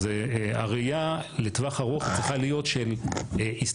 אז הראייה לטווח ארוך צריכה להיות של הסתכלות,